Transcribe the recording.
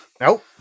Nope